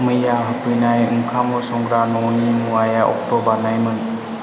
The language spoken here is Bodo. मैया होफैनाय ओंखाम संग्रा न'नि मुवाया अक्ट' बारनायमोन